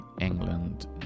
England